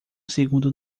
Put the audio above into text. segundo